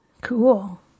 Cool